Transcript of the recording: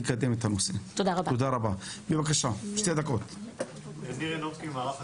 אני מתמקדת כאן בצנזורה וגם באסטרטגיות